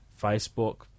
Facebook